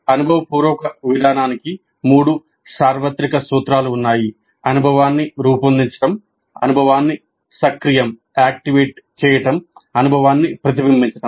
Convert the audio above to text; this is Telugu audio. అనుభవపూర్వక విధానానికి మూడు సార్వత్రిక సూత్రాలు ఉన్నాయి అనుభవాన్ని రూపొందించడం అనుభవాన్ని సక్రియం చేయడం అనుభవాన్ని ప్రతిబింబించడం